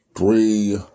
Three